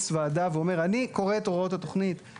ועדה ואומר אני קורא את הוראות התכנית.